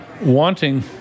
wanting